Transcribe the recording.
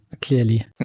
clearly